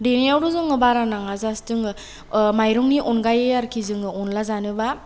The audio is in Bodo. देनायावथ' जोङो बारा नाङा जास्त जोङो मायरंनि आनगायै आरखि जोङो अनला जानोबा